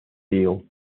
deal